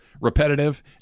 repetitive